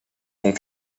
sont